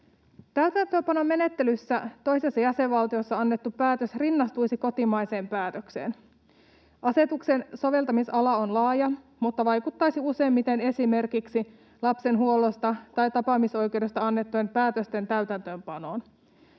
Täytäntöönpanomenettelyssä toisessa jäsenvaltiossa annettu päätös rinnastuisi kotimaiseen päätökseen. Asetuksen soveltamisala on laaja, mutta se vaikuttaisi useimmiten esimerkiksi lapsen huollosta tai tapaamisoikeudesta annettujen päätösten täytäntöönpanoon.